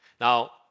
Now